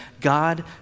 God